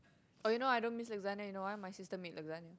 oh you know I don't miss lasagna you know why my sister make lasagna